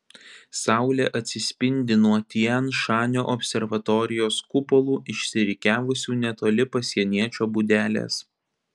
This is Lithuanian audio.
saulė atsispindi nuo tian šanio observatorijos kupolų išsirikiavusių netoli pasieniečio būdelės